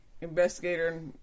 Investigator